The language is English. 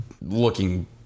Looking